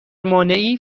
مانعی